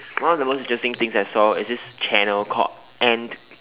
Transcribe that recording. one of the most interesting things I saw is this channel called ant